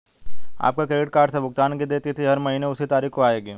आपके credit card से भुगतान की देय तिथि हर महीने उसी तारीख को आएगी